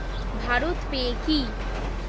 Bharat pay কি?